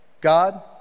God